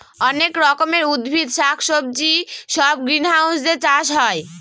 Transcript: অনেক রকমের উদ্ভিদ শাক সবজি সব গ্রিনহাউসে চাষ হয়